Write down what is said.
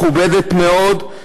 מכובדת מאוד,